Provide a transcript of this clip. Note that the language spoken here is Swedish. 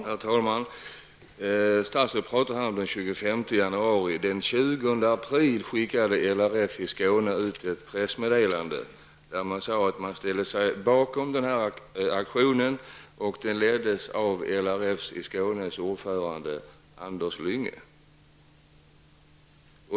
Herr talman! Statsrådet talade om den 25 januari. Den 20 april skickade RLF i Skåne ut ett pressmeddelande, där det stod att RLF ställde sig bakom aktionen. Den leddes av RLFs i Skåne ordförande Anders Lynge.